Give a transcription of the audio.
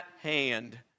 hand